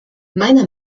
meiner